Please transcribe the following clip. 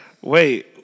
wait